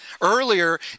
Earlier